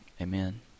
Amen